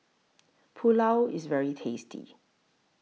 Pulao IS very tasty